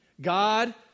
God